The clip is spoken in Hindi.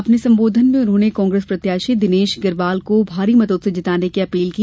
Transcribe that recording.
अपने संबोधन में उन्होंने कांग्रेस प्रत्याशी दिनेश गिरवाल को भारी मतों से जिताने की अपील की